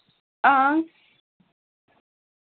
हां